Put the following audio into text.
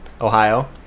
Ohio